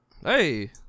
Hey